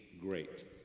great